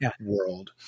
world